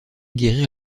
guérir